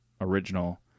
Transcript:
original